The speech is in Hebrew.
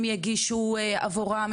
הם יגישו עבורם,